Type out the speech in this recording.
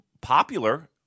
popular